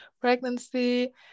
pregnancy